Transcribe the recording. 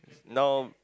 now